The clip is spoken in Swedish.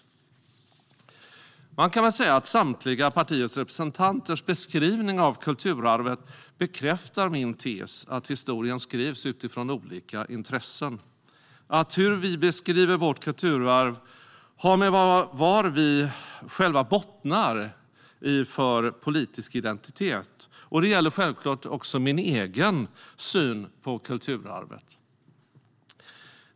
Man kan väl säga att samtliga partiers representanters beskrivning av kulturarvet bekräftar min tes att historien skrivs utifrån olika intressen och att hur vi beskriver vårt kulturarv har att göra med vad vi själva bottnar i för politisk identitet. Detta gäller självfallet även min egen syn på kulturarvet.